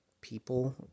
People